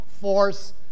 force